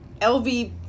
LV